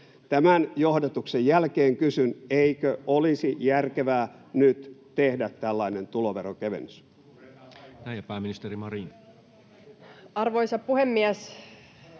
Tämän johdatuksen jälkeen kysyn: eikö olisi järkevää nyt tehdä tällainen tuloverokevennys?